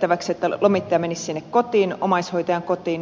lomituksessa että lomittaja menisi sinne omaishoitajan kotiin